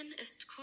ist